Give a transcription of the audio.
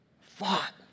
fought